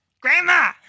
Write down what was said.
Grandma